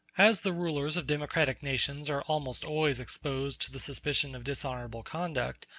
as the rulers of democratic nations are almost always exposed to the suspicion of dishonorable conduct,